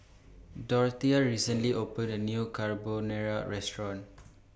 Dorthea recently opened A New Carbonara Restaurant